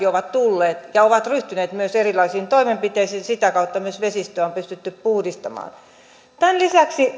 ovat tulleet ja ovat ryhtyneet myös erilaisiin toimenpiteisiin ja sitä kautta myös vesistöä on pystytty puhdistamaan tämän lisäksi